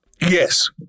Yes